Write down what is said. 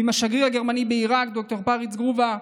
עם השגריר הגרמני בעיראק ד"ר פריץ גרובה,